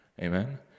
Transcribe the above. Amen